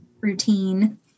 routine